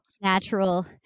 natural